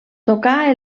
tocà